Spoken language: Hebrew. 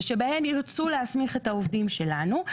ושבהן ירצו להסמיך את העובדים שלנו,